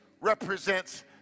represents